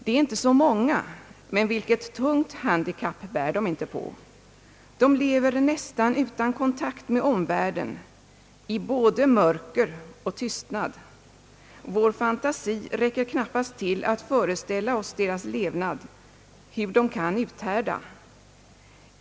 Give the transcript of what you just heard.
Det är inte så många; men vilket tungt handikapp bär de inte på! De lever nästan utan kontakt med omvärlden, i både mörker och tystnad. Vår fantasi räcker knappast till att föreställa oss deras levnad, hur de kan uthärda.